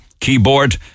keyboard